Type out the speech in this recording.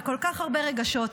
בכל כך הרבה רגשות.